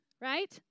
right